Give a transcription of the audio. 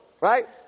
Right